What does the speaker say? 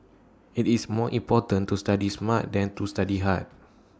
IT is more important to study smart than to study hard